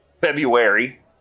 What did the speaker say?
February